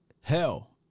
Hell